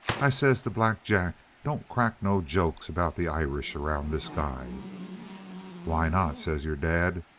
i says to black jack don't crack no jokes about the irish around this guy why not says your dad.